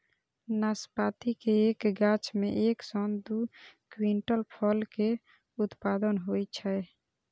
नाशपाती के एक गाछ मे एक सं दू क्विंटल फल के उत्पादन होइ छै